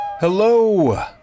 hello